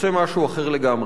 רוצה משהו אחר לגמרי.